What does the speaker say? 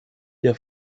der